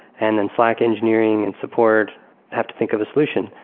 and then slack engineering and support have to think of a solution,